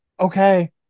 Okay